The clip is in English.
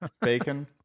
Bacon